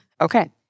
Okay